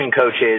coaches